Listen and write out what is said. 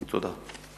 תודה.